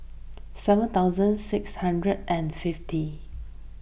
seven thousand six hundred and fifty